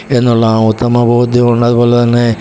എന്നുള്ള ആ ഉത്തമ ബോദ്ധ്യമുള്ളത് പോലെ തന്നെ